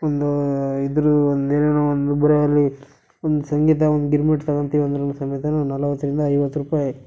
ಒಂದು ಇದ್ದರೂ ಒಂದು ಏನೇನೋ ಒಂದು ಒಂದು ಗಿರ್ಮಿಟ್ ತಗಂತೀವಿ ಅಂದ್ರೂ ಸಮೇತ ನಲ್ವತ್ತರಿಂದ ಐವತ್ತು ರೂಪಾಯಿ